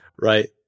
Right